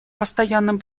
постоянным